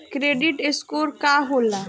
Credit score का होला?